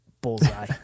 bullseye